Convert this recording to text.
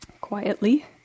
quietly